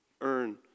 Earn